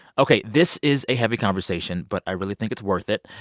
ok. this is a heavy conversation, but i really think it's worth it.